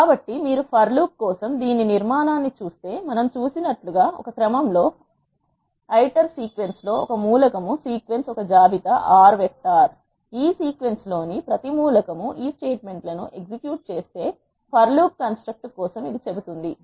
కాబట్టి మీరు for loop కోసం దీని నిర్మాణాన్ని చూస్తే మనం చూసినట్లుగా ఒక క్రమం లో ఇటర్ సీక్వెన్స్ లో ఒక మూలకం సీక్వెన్స్ ఒక జాబితా R వెక్టర్ ఈ సీక్వెన్స్ లోని ప్రతి మూలకం ఈ స్టేట్మెంట్ లను ఎగ్జిక్యూట్ చేస్తే ఫర్ లూప్ కన్స్ట్రక్ట్ కోసం ఇది చెబుతోంది